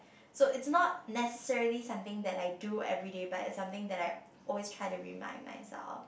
so is not necessary something that I do everyday but is something that I always try to remind myself